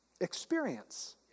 experience